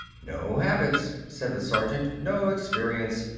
no habits, said the sergeant. no experience.